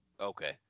Okay